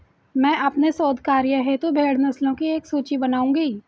मैं अपने शोध कार्य हेतु भेड़ नस्लों की एक सूची बनाऊंगी